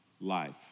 life